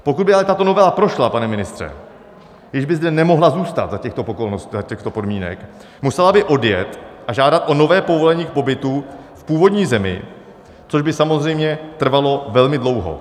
Pokud by ale tato novela prošla, pane ministře, když by zde nemohla zůstat za těchto podmínek, musela by odjet a žádat o nové povolení k pobytu v původní zemi, což by samozřejmě trvalo velmi dlouho.